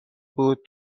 بود